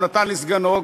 הוא נתן לסגנו.